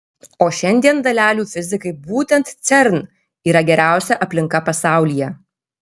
o šiandien dalelių fizikai būtent cern yra geriausia aplinka pasaulyje